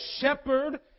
shepherd